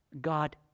God